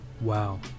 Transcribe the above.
Wow